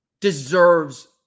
deserves